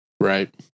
Right